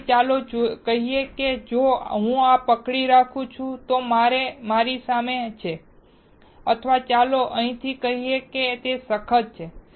તેથી ચાલો કહીએ કે જો હું આ પકડી રાખું છું તો તે મારી સામે છે અથવા ચાલો અહીંથી કહીએ અને તે સખત છે